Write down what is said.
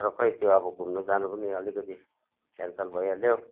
तर खोइ त्यो अब घुम्नु जानु पनि अलिकति क्यान्सल भइहाल्यो